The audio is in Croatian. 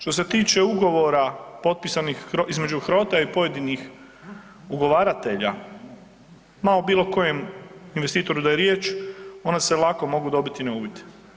Što se tiče ugovora potpisanih između HROT-a i pojedinih ugovaratelja, ma o bilo kojem investitoru da je riječ, ona se lako mogu dobiti na uvid.